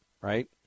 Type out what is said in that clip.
right